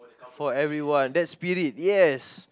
for everyone that spirit yes